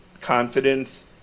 confidence